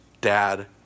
dad